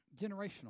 generational